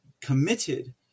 committed